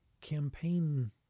campaign